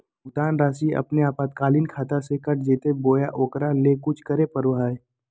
भुक्तान रासि अपने आपातकालीन खाता से कट जैतैय बोया ओकरा ले कुछ करे परो है?